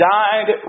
died